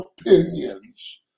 opinions